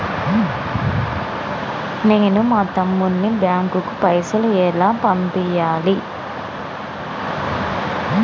నేను మా తమ్ముని బ్యాంకుకు పైసలు ఎలా పంపియ్యాలి?